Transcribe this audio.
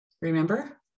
remember